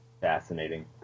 Fascinating